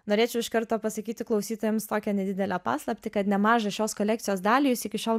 norėčiau iš karto pasakyti klausytojams tokią nedidelę paslaptį kad nemažą šios kolekcijos dalį jūs iki šiol